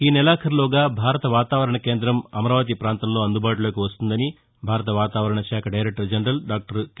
ఈ నెలఖారులోగా భారత వాతావరణ కేందం అమరావతి పాంతంలో అందుబాటులోకి వస్తుందని భారత వాతావరణ శాఖ దైరెక్టర్ జనరల్ దాక్టర్ కె